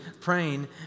praying